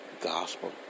gospel